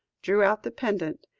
drew out the pendant,